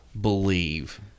believe